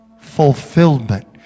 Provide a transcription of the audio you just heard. fulfillment